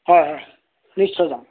হয় হয় নিশ্চয় যাম